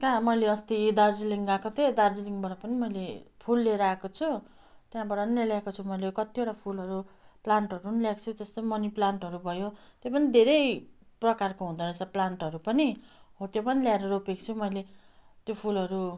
कहाँ मैले अस्ति दार्जिलिङ गएको थिएँ दार्जिलिङबाट पनि मैले फुल लिएर आएको छु त्यहाँबाट नि ल्याएको छु मैले कतिवटा फुलहरू प्लान्टहरूम ल्याएको छु मनि प्लान्टहरू भयो त्यही पनि धेरै प्रकारको हुँदो रहेछ प्लान्टहरू पनि हो त्यो पनि ल्याएर रोपेको छु मैले त्यो फुलहरू